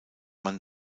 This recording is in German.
man